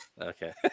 Okay